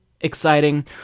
exciting